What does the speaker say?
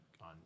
on